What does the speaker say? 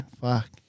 Fuck